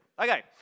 Okay